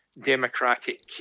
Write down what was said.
democratic